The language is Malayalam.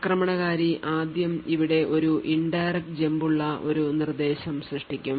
ആക്രമണകാരി ആദ്യം ഇവിടെ ഒരു indirect jump ഉള്ള ഒരു നിർദ്ദേശം സൃഷ്ടിക്കും